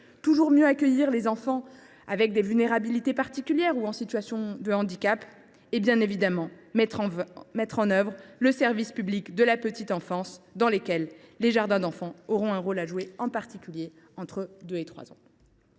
toujours mieux accueillir les enfants ayant des vulnérabilités particulières ou en situation de handicap ; et, bien évidemment, de mettre en œuvre le service public de la petite enfance, dans lequel les jardins d’enfants auront un rôle à jouer, en particulier pour les enfants